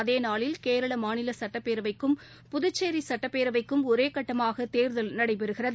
அதேநாளில் கேரள மாநில சுட்டப்பேரவைக்கும் புதுச்சேரி சுட்டப்பேரவைக்கும் ஒரே கட்டமாக தேர்தல் நடைபெறுகிறது